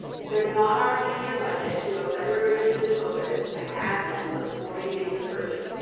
if they are not already in your budget, do a budget revision in obis to add them before you make the purchase.